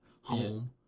home